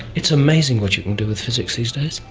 it's amazing what you can do with physics these days.